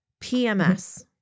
PMS